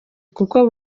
kuko